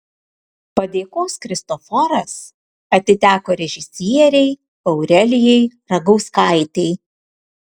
padėkos kristoforas atiteko režisierei aurelijai ragauskaitei